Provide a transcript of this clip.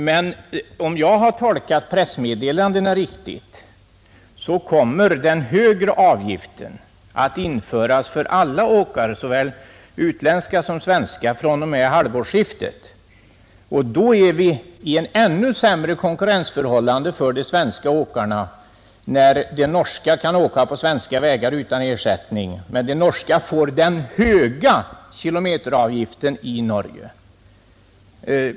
Men om jag tolkat pressmeddelandena riktigt kommer den högre avgiften att införas för alla åkare — såväl utländska som svenska — fr.o.m.halvårsskiftet. De svenska åkarna kommer i ett ännu sämre konkurrensläge när de norska kan åka på de svenska vägarna utan ersättning medan de svenska får betala den höga kilometeravgiften i Norge.